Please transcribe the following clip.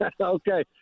Okay